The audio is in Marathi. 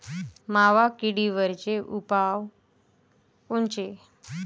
मावा किडीवरचे उपाव कोनचे?